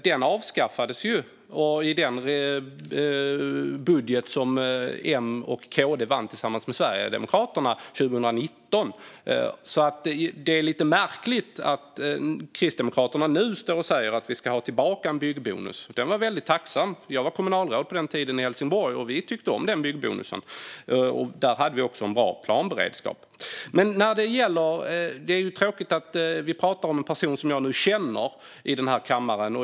Den avskaffades i den budget som M och KD fick igenom tillsammans med Sverigedemokraterna 2019, så det är lite märkligt att Kristdemokraterna nu står och säger att vi ska ha tillbaka en byggbonus. Vi var väldigt tacksamma att ha den. Jag var kommunalråd på den tiden i Helsingborg, och vi tyckte om byggbonusen. Där hade vi också en bra planberedskap. Det är tråkigt att det är personer som jag känner som vi pratar om här i kammaren.